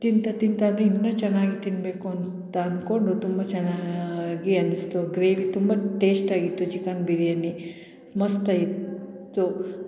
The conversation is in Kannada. ತಿಂತಾ ತಿಂತಾ ಅದು ಇನ್ನೂ ಚೆನ್ನಾಗಿ ತಿನ್ನಬೇಕು ಅಂತ ಅಂದ್ಕೊಂ ಡು ತುಂಬ ಚೆನ್ನಾಗಿ ಅನ್ನಿಸ್ತು ಗ್ರೇವಿ ತುಂಬ ಟೇಶ್ಟಾಗಿತ್ತು ಚಿಕನ್ ಬಿರಿಯಾನಿ ಮಸ್ತಾಗಿತ್ತು